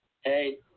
Hey